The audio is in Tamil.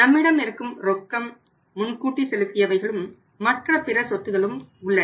நம்மிடம் இருக்கும் ரொக்கம் முன்கூட்டி செலுத்தியவைகளும் மற்ற பிற சொத்துக்களும் உள்ளன